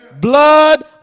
blood